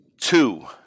two